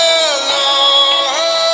alone